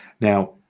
Now